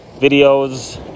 videos